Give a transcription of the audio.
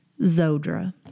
Zodra